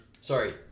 sorry